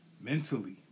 mentally